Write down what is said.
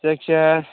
जायखिजाया